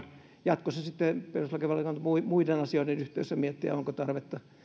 jatkossa sitten perustuslakivaliokunta voisi muiden asioiden yhteydessä miettiä onko tarvetta